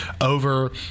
over